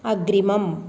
अग्रिमम्